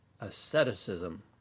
Asceticism